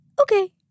okay